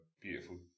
beautiful